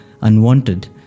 unwanted